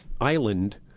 island